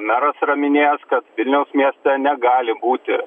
meras yra minėjęs kad vilniaus mieste negali būti